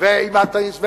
ועימאד תאיס,